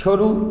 छोड़ू